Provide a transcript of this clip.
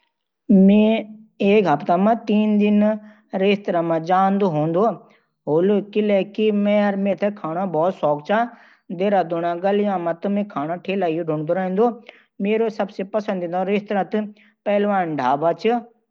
मैं एक हफ्ता मं तीन दिन तो रेस्तरां मं जात ही हौं, क्यूंकि मन्नै खाने का बहोत शौक है और देहरादून की गलियन मं खाने के ठेले ही ढूंढता रहत हूं। मेरो सबसे पसंदीदा रेस्तरां *पहेलवान का ढाबा* है।